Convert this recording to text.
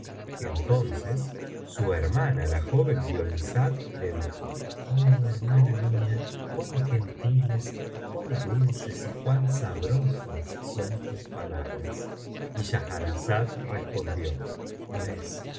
entonces su hermana la joven doniazada le dijo oh hermana mía cuan gentiles cuan dulces y cuan sabrosas son tus palabras y schahrazada respondió pues